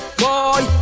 boy